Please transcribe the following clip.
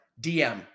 DM